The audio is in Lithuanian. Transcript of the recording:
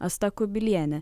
asta kubilienė